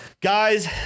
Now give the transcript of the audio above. Guys